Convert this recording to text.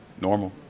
normal